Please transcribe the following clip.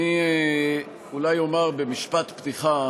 אולי אומר כמשפט פתיחה